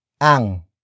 ang